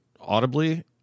audibly